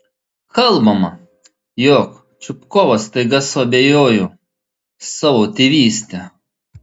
kalbama jog čupkovas staiga suabejojo savo tėvyste